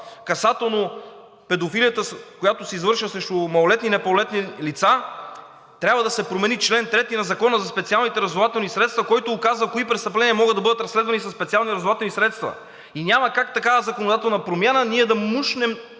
касателно педофилията, която се извършва срещу малолетни и непълнолетни лица, трябва да се промени чл. 3 на Закона за специалните разузнавателни средства, който указва кои престъпления могат да бъдат разследвани със специални разузнавателни средства и няма как такава законодателна промяна ние да мушнем,